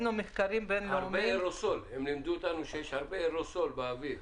הם לימדו אותנו שיש הרבה אירוסול באוויר.